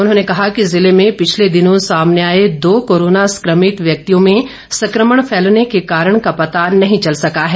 उन्होंने कहा कि जिले में पिछले दिनों सामने आए दो कोरोना संक्रभित व्यक्तियों में संक्रमण फैलने के कारण का पता नहीं चल सका है